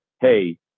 Hey